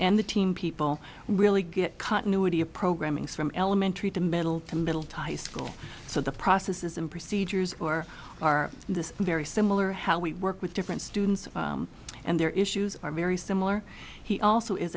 and the team people really get continuity of programming from elementary to middle to middle school so the processes and procedures or are in this very similar how we work with different students and their issues are very similar he also is